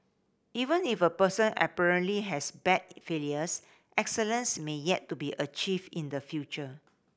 even if a person apparently has bad failures excellence may yet to be achieved in the future